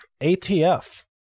ATF